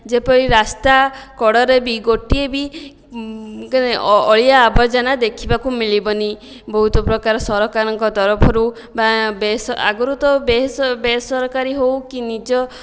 ଯେପରି ରାସ୍ତା କଡ଼ରେ ବି ଗୋଟିଏ ବି ଅଳିଆ ଆବର୍ଜନା ଦେଖିବାକୁ ମିଳିବନି ବହୁତ ପ୍ରକାର ସରକାରଙ୍କ ତରଫରୁ ବା ଆଗରୁ ତ ବେସରକାରୀ ହେଉ କି ନିଜ